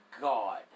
God